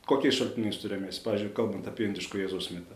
kokiais šaltiniais tu remiesi pavyzdžiui kalbant apie indiško jėzaus mitą